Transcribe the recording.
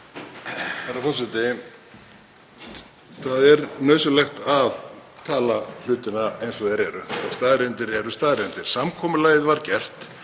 Það er nauðsynlegt að tala um hlutina eins og þeir eru. Staðreyndir eru staðreyndir. Samkomulagið var gert.